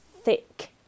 thick